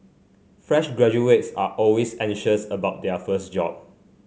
fresh graduates are always anxious about their first job